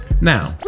Now